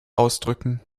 ausdrücken